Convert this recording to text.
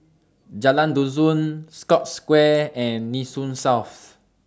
Jalan Dusun Scotts Square and Nee Soon South